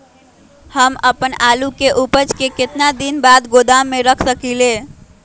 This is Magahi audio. हम अपन आलू के ऊपज के केतना दिन बाद गोदाम में रख सकींले?